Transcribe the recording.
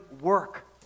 work